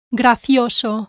gracioso